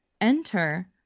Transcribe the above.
enter